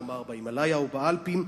נאמר בהימלאיה או באלפים,